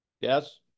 Yes